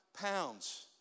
pounds